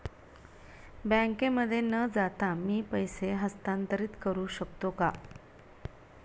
बँकेमध्ये न जाता मी पैसे हस्तांतरित करू शकतो का?